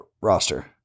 roster